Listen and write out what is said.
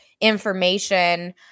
information